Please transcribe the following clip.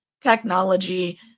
technology